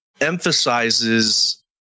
emphasizes